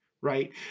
right